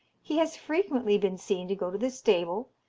he has frequently been seen to go to the stable,